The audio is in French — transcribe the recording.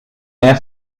air